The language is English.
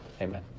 Amen